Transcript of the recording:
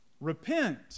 Repent